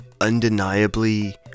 Undeniably